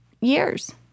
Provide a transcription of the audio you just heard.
years